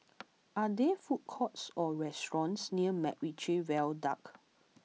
are there food courts or restaurants near MacRitchie Viaduct